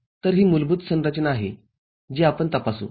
तर ही मुलभूत संरचना आहे जी आपण तपासू